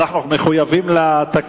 אין לך בעיה של מכסה, בבקשה, תעלי.